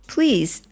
Please